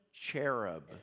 cherub